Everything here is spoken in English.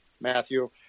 matthew